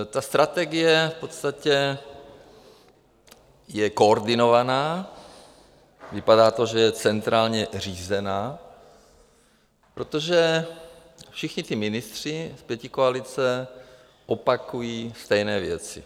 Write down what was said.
Ta strategie v podstatě je koordinovaná, vypadá to, že je centrálně řízená, protože všichni ministři z pětikoalice opakují stejné věci.